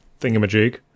thingamajig